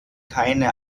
keine